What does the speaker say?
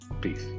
Peace